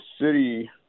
city